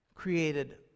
Created